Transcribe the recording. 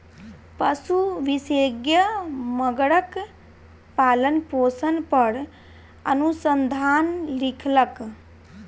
पशु विशेषज्ञ मगरक पालनपोषण पर अनुसंधान लिखलक